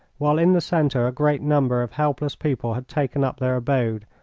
while in the centre a great number of helpless people had taken up their abode,